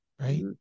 right